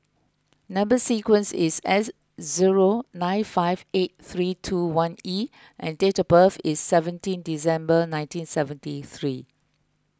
Number Sequence is S zero nine five eight three two one E and date of birth is seventeen December nineteen seventy three